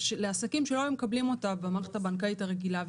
לעסקים שלא היו מקבלים אותה במערכת הבנקאית הרגילה.